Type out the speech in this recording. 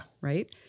Right